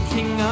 King